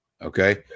Okay